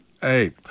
Hey